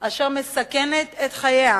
אשר מסכנת את חייה